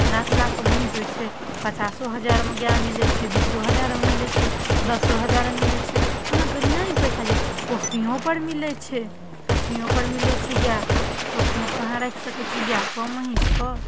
लाख लाखके महीष होइ छै पचासो हजारमे गाय मिलै छै बिसो हजारमे मिलै छै दसो हजारमे मिलै छै अहाँके नहि पैसा यऽ पोसियो पर मिलै छै पोसियो पर मिलै छै गाय पोसियो पर अहाँ राखि सकै छी गायके महीष के